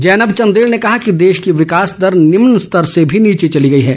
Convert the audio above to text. जैनब चंदेल ने कहा कि देश की विकास दर निम्न स्तर से भी नीचे चली गई है